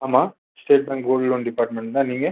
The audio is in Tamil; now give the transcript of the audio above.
ஆமாம் state bank gold loan department தான் நீங்கள்